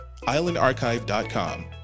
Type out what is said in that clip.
islandarchive.com